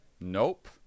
nope